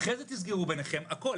אחרי זה תסגרו ביניכם הכול.